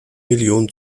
millionen